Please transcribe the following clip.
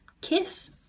Kiss